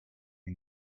ihn